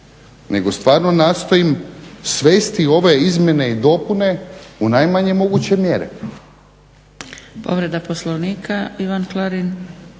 nego stvarno nastojim svesti ove izmjene i dopune u najmanje moguće mjere.